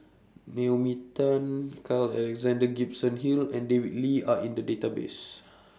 Naomi Tan Carl Alexander Gibson Hill and David Lee Are in The Database